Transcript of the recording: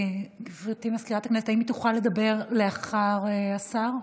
גברתי מזכירת הכנסת, האם היא תוכל לדבר אחרי השר?